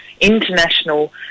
international